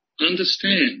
understand